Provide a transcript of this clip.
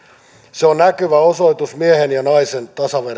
se on näkyvä osoitus miehen ja naisen